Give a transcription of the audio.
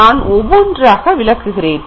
நான் ஒவ்வொன்றாக விளக்குகிறேன்